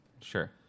Sure